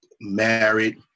married